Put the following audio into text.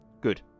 Good